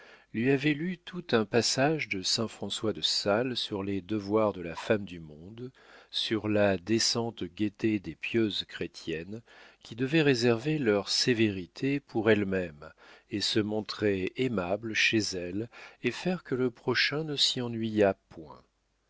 lui avait lu tout un passage de saint françois de sales sur les devoirs de la femme du monde sur la décente gaieté des pieuses chrétiennes qui devaient réserver leur sévérité pour elles-mêmes et se montrer aimables chez elles et faire que le prochain ne s'y ennuyât point